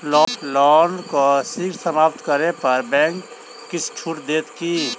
loan केँ शीघ्र समाप्त करै पर बैंक किछ छुट देत की